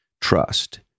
trust